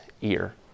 ear